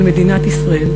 אל מדינת ישראל,